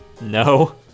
No